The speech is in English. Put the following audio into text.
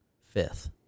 fifth